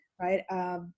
right